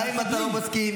גם אם אתה לא מסכים,